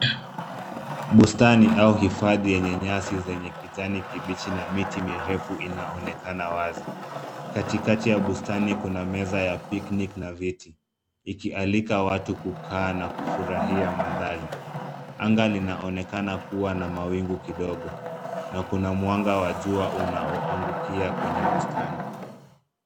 Bustani au hifadhi yenye nyasi zenye kijani kibichi na miti mirefu inaonekana wazi. Katikati ya bustani kuna meza ya picnic na viti, ikialika watu kukaa na kufurahia mandhari. Anga linaonekana kuwa na mawingu kidogo na kuna mwanga wa jua unaoangukia kwenye bustani.